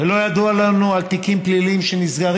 ולא ידוע לנו על תיקים פליליים שנסגרים